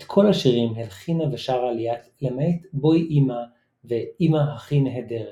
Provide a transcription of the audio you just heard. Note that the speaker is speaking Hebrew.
את כל השירים הלחינה ושרה ליאת למעט "בואי אמא" ו"אמא הכי נהדרת".